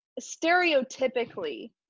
stereotypically